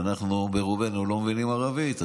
אנחנו ברובנו לא מבינים ערבית.